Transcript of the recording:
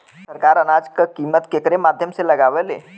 सरकार अनाज क कीमत केकरे माध्यम से लगावे ले?